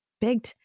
Big